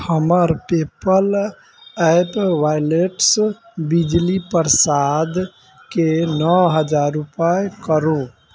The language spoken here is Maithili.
हमर पे पैल एप वॉलेटसँ बिजली प्रसाद केँ नओ हजार रूपैआ करू